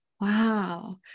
Wow